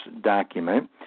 document